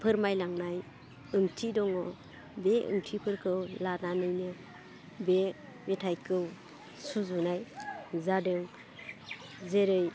फोरमायनांनाय ओंथि दङ बे ओंथिफोरखौ लानानैनो बे मेथाइखौ सुजुनाय जादों जेरै